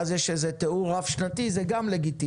ואז יש תיאור רב-שנתי, זה גם לגיטימי.